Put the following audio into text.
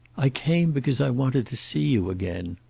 i came because i wanted to see you again.